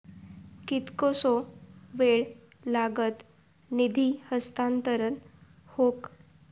कितकोसो वेळ लागत निधी हस्तांतरण हौक?